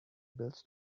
bills